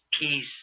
peace